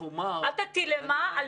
אל תטיל אימה על